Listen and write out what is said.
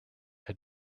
had